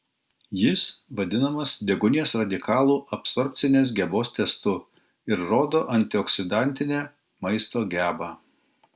jis vadinamas deguonies radikalų absorbcinės gebos testu ir rodo antioksidantinę maisto gebą